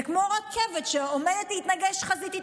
זה כמו רכבת שעומדת להתנגש חזיתית,